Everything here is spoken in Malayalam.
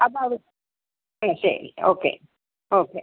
അപ്പം അത് ഉം ശരി ഓക്കെ ഓക്കെ